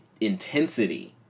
intensity